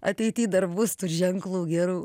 ateity dar bus tų ženklų gerų